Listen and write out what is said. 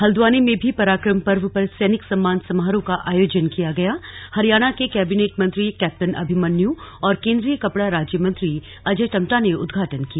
हल्द्वानी में भी पराक्रम पर्व पर सैनिक सम्मान समारोह का आयोजन किया गयाहरियाणा के कैबिनेट मंत्री कैप्टन अभिमन्यू और केंद्रीय कपड़ा राज्य मंत्री अजय टम्टा ने उद्घाटन किया